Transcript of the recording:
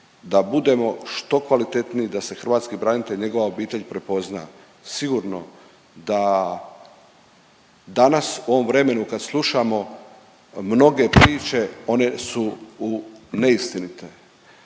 da budemo što kvalitetniji, da se hrvatski branitelj, njegova obitelj prepozna. Sigurno da danas u ovom vremenu kad slušamo mnoge priče one su neistinite.